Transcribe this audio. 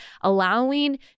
allowing